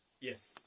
Yes